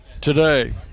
today